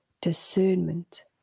discernment